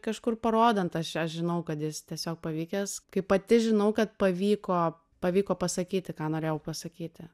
kažkur parodant aš aš žinau kad jis tiesiog pavykęs kai pati žinau kad pavyko pavyko pasakyti ką norėjau pasakyti